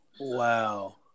Wow